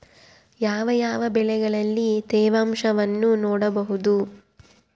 ಯಾವ ಯಾವ ಬೆಳೆಗಳಲ್ಲಿ ತೇವಾಂಶವನ್ನು ನೋಡಬಹುದು?